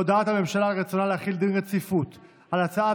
הודעת הממשלה על רצונה להחיל דין רציפות על הצעת